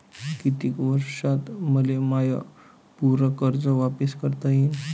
कितीक वर्षात मले माय पूर कर्ज वापिस करता येईन?